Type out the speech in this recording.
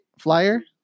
flyer